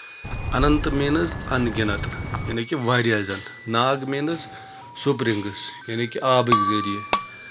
اننت میٖنٔز اَن گِنت یعنے کہِ واریاہ زَن ناگ میٖنٔز سُپرِنٛگس یعنے کہِ آبٕکۍ ذٔریعہِ